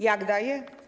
Jak daje?